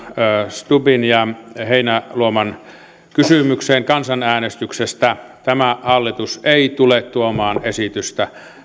stubbin ja heinäluoman kysymykseen kansanäänestyksestä tämä hallitus ei tule tuomaan esitystä